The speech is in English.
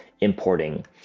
importing